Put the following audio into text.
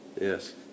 Yes